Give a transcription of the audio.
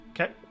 Okay